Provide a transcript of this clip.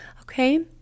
Okay